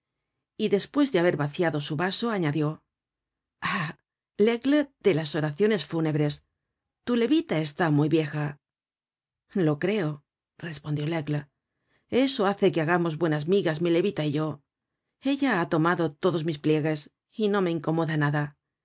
y despues de haber vaciado su vaso añadió ah laigle de las oraciones fúnebres tu levita está muy vieja lo creo respondió laigle eso hace que hagamos buenas migas mi levita y yo ella ha tomado todos mis pliegues y no me incomoda nada